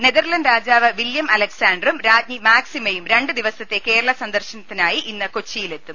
Netherland രാജാവ് William അലക്സാണ്ടറും രാജ്ഞി മാക്സിമയും രണ്ടു ദിവസത്തെ കേരള സന്ദർശനത്തിനായി ഇന്ന് കൊച്ചിയിലെത്തും